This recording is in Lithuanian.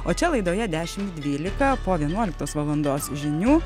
o čia laidoje dešimt dvylika po vienuoliktos valandos žinių